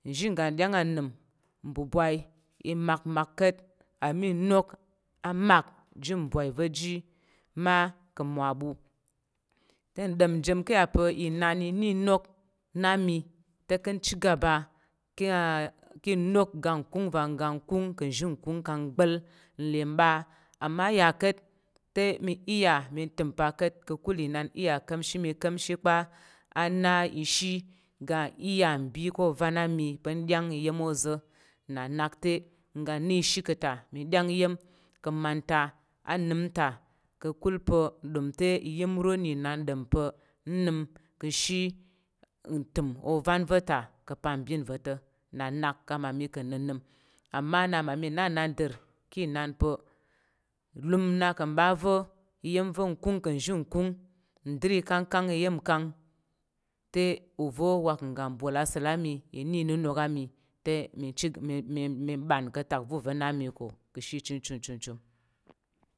Nshi ngan ɗyang a nim nbuvai ci makmak kat ama inok a mak ji nbwai va ji ma kan mwa wu te ndom jem keyapa̱ inan ini nok na mi te ken chigaba ka ka inok gan ka̱ va ngna kung ka̱ nzhi kung kang bal kang ne iba ama ya kat te mi iya mi tim pa kat kakul inan iya kamshimi kamshi kpa, a na ishi gan iya nbi ko van ami pan ɗyang iyam oza̱ na nak te nga ni shi keta mi ɗyang iyem ke manta a nim ta kakul pa̱ ɗom te iyemo ni nan dampa̱ nnəm kashi ntəm ovan veta ka̱ pa nbin veta na nak kang mami keng nənəm ama na mami na nandar ki nan pa̱ ilum na ken mba ve iyem ve nkung ken nzhi nkong ndər ikangkang iyen kang te uva wa kan ga bol gel ami ini inunuk ami te mi chi- mi- mi- mi mɓan ka̱ tak va̱ ova̱ na mi ka̱ kashi ichmchom chumchum